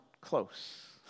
close